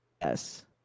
Yes